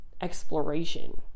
exploration